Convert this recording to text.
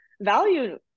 value